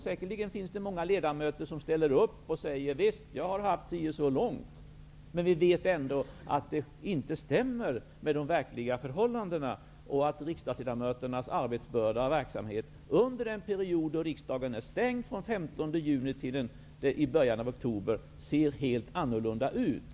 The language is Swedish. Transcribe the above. Säkerligen finns det många ledamöter som ställer upp och säger att de har haft ett si och så långt sommarlov. Men vi vet att det inte stämmer med de verkliga förhållandena. Riksdagsledamöternas arbetsbörda och verksamhet under den period som riksdagen är stängd från den 15 juni till början av oktober ser helt annorlunda ut.